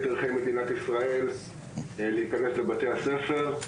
ערכי מדינת ישראל להיכנס לבתי הספר.